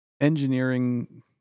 Engineering